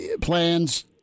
plans